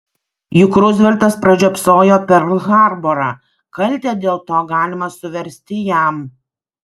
juk ruzveltas pražiopsojo perl harborą kaltę dėl to galima suversti jam